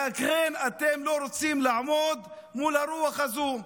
לכן אתם לא רוצים לעמוד מול הרוח הזו.